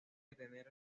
detener